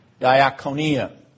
diakonia